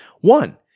One